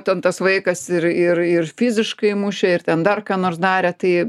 ten tas vaikas ir ir ir fiziškai mušė ir ten dar ką nors darė tai